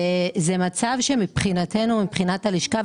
מבחינת הלשכה,